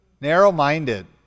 Narrow-minded